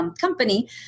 Company